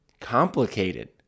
complicated